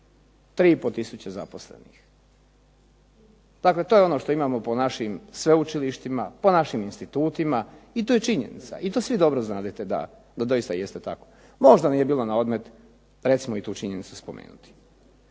tisuće zaposlenih. Dakle to je ono što imamo po našim sveučilištima, po našim institutima i to je činjenica i to svi doista znate da to jeste tako. Možda ne bi bilo na odmet recimo i tu činjenicu spomenuti.